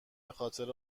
بخاطر